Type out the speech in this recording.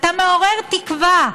אתה מעורר תקווה,